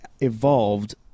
evolved